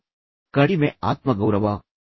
ಇದು ಕಡಿಮೆ ಆತ್ಮಗೌರವವಾಗಬಹುದೇ